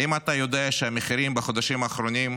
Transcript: האם אתה יודע שהמחירים בחודשים האחרונים,